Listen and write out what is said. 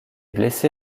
blessé